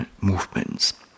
movements